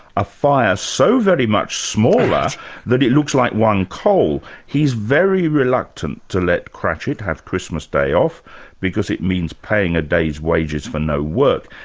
a fire so very much smaller that it looks like one coal. he's very reluctant to let cratchett have christmas day off because it means paying a day's wages for no work.